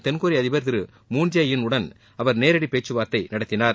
தென்கொரிய அதிபர் திரு மூன் ஜே இன் உடன் அவர் நேரடி பேச்சுவார்த்தை முன்னதாக நடத்தினார்